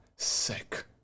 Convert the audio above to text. Sick